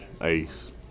ace